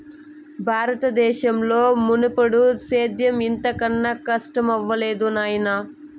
బారత దేశంలో మున్నెప్పుడూ సేద్యం ఇంత కనా కస్టమవ్వలేదు నాయనా